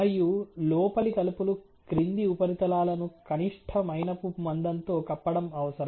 మరియు లోపలి తలుపులు క్రింది ఉపరితలాలను కనిష్ట మైనపు మందంతో కప్పడం అవసరం